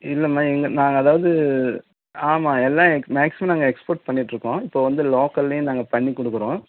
இல்லமா இங்கே நாங்கள் அதாவது ஆமாம் எல்லாம் மேக்ஸிமம் நாங்கள் எக்ஸ்போர்ட் பண்ணிகிட்ருக்கோம் இப்போ வந்து லோக்கல்லே நாங்கள் பண்ணி கொடுக்குறோம்